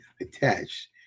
attached